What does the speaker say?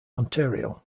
ontario